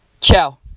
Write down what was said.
Ciao